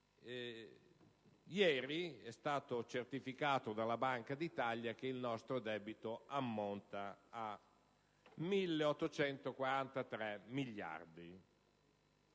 ieri è stato certificato dalla Banca d'Italia che il nostro debito ammonta a 1.843 miliardi